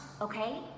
okay